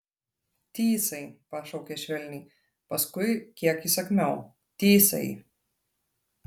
tysai pašaukė švelniai paskui kiek įsakmiau tysai